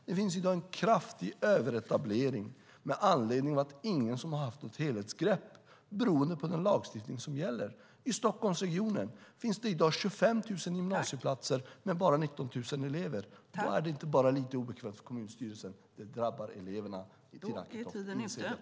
Det finns i dag en kraftig överetablering med anledning av att det inte är någon som har haft ett helhetsgrepp beroende på den lagstiftning som gäller. I Stockholmsregionen finns det i dag 25 000 gymnasieplatser men bara 19 000 elever. Då är det inte bara lite obekvämt för kommunstyrelsen. Det drabbar eleverna, Tina Acketoft. Inse detta!